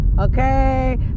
Okay